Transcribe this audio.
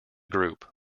group